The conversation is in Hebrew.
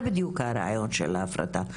זה בדיוק הרעיון של ההפרטה,